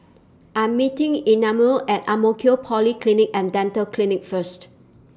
I'm meeting Imanol At Ang Mo Kio Polyclinic and Dental Clinic First